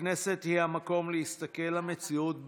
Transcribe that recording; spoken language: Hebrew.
הכנסת היא המקום להסתכל למציאות בעיניים,